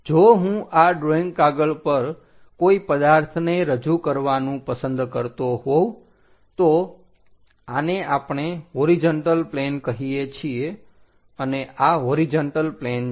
જો હું આ ડ્રોઈંગ કાગળ પર કોઈ પદાર્થને રજુ કરવાનું પસંદ કરતો હોવ તો આને આપણે હોરીજન્ટલ પ્લેન કહીએ છીએ અને આ હોરીજન્ટલ પ્લેન છે